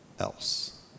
else